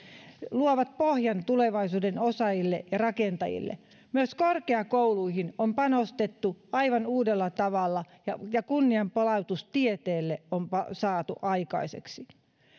luovat pohjan tulevaisuuden osaajille ja rakentajille myös korkeakouluihin on panostettu aivan uudella tavalla ja ja kunnianpalautus tieteelle on saatu aikaiseksi